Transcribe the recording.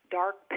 dark